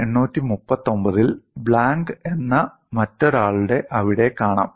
1839 ൽ Le Blanc എന്ന മറ്റൊരാളെ അവിടെ കാണാം